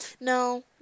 no